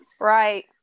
Right